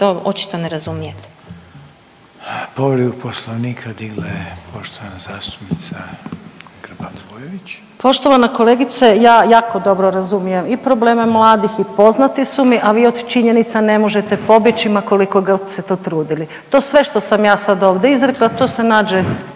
Maja (HDZ)** Poštovana kolegice, ja jako dobro razumijem i probleme mladih i poznati su mi, a vi od činjenica ne možete pobjeći, ma koliko god se to trudili. To sve što sam ja sad ovdje izrekla, to se nađe